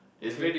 okay